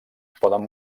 poden